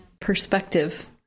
perspective